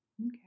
okay